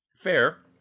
Fair